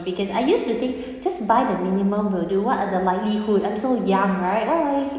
because I used to think just buy the minimum will do what are the likelihood I'm so young right why why